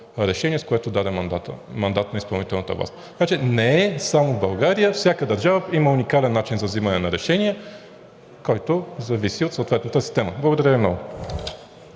решение, с което даде мандат на изпълнителната власт. Не е само в България. Всяка държава има уникален начин за вземане на решение, който зависи от съответната система. Благодаря Ви много.